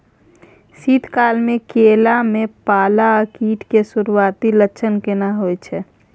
शीत काल में केला में पाला आ कीट के सुरूआती लक्षण केना हौय छै?